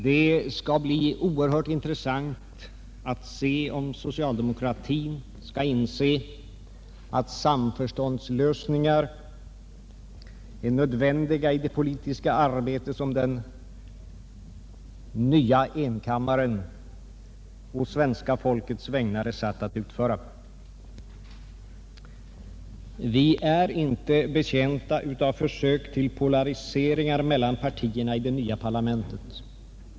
Det skall bli oerhört intressant att se om socialdemokratin skall inse att samförståndslösningar är nödvändiga i det politiska arbete som den nya enkammaren å svenska folkets vägnar är satt att utföra. Vi är inte betjänta av försök till polariseringar mellan partierna i det nya parlamentet.